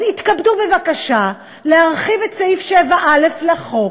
אז יתכבדו להכין את סעיף 7(א) לחוק,